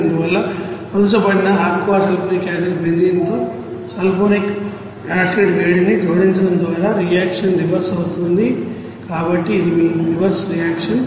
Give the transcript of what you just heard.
అందువల్ల పలుచబడిన aqua sulphuric యాసిడ్లో బెంజీన్ సల్ఫోనిక్ యాసిడ్కి వేడిని జోడించడం ద్వారా రియాక్షన్ రివర్స్ అవుతుంది కాబట్టి ఇది మీ రివర్స్ రియాక్షన్